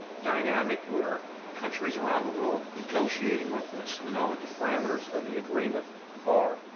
dynamic where countries around the world, negotiating with us, know what the parameters of the agreement are.